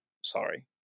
sorry